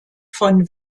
von